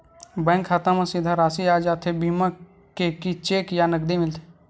Bank खाता मा सीधा राशि आ जाथे बीमा के कि चेक या नकदी मिलथे?